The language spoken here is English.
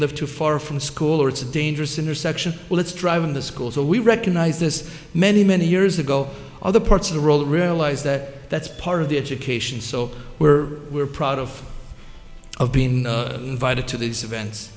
live too far from school or it's a dangerous intersection let's drive in the school so we recognize this many many years ago other parts of the role realize that that's part of the education so we're we're proud of of been invited to these events